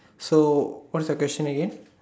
so what is the question again